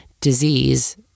disease